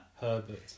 Herbert